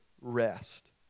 rest